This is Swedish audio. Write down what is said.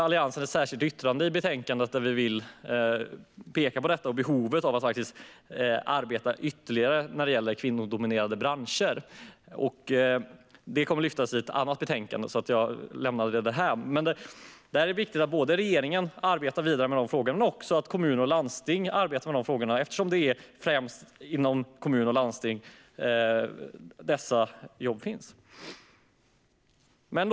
Alliansen har ett särskilt yttrande i betänkandet där vi pekar på behovet av att arbeta ytterligare när det gäller kvinnodominerade branscher. Det kommer att tas upp i ett annat betänkande, så jag lämnar det därhän. Men det är viktigt att regeringen arbetar vidare med de här frågorna men också kommuner och landsting, eftersom det är främst inom kommuner och landsting som dessa jobb finns. Herr talman!